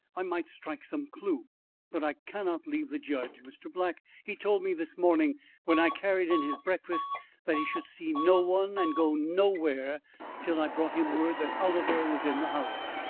i might strike some clew but i cannot leave the judge. mr. black, he told me this morning when i carried in his breakfast that he should see no one and go nowhere till i brought him word that oliver was in the house.